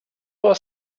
oder